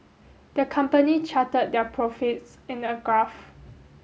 the company charted their profits in a graph